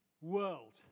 world